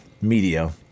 media